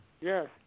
Yes